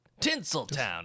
Tinseltown